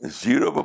zero